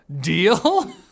deal